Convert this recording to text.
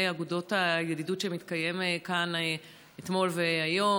אגודות הידידות שהתקיים כאן אתמול והיום.